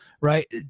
Right